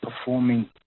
performing